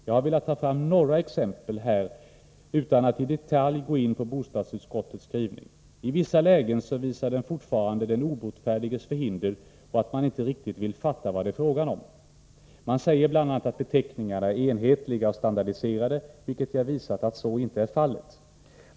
Jag har velat föra fram några exempel här, utan att i detalj gå in på bostadsutskottets skrivning. I vissa lägen visar skrivningen fortfarande den obotfärdiges förhinder, och att man inte riktigt vill fatta vad det är fråga om. Utskottet säger bl.a. att beteckningarna är enhetliga och standardiserade, vilket jag visat inte är fallet.